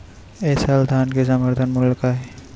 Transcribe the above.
ए साल धान के समर्थन मूल्य का हे?